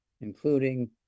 including